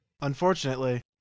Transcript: Unfortunately